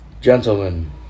Gentlemen